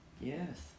Yes